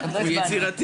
הצבענו.